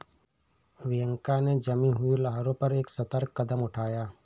Bianca ने जमी हुई लहरों पर एक सतर्क कदम उठाया